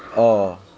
orh